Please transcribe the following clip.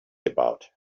about